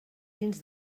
dins